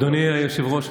אדוני היושב-ראש,